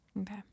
Okay